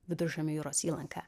viduržemio jūros įlanka